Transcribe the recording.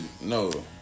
no